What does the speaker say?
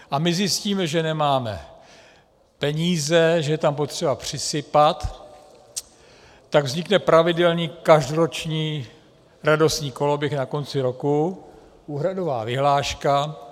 A my zjistíme, že nemáme peníze, že je tam potřeba přisypat, tak vznikne pravidelný každoroční radostný koloběh na konci roku, úhradová vyhláška.